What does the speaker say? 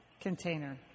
container